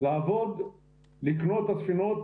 לקנות את הספינות